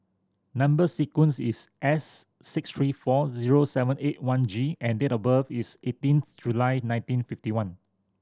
number sequence is S six three four zero seven eight one G and date of birth is eighteenth July nineteen fifty one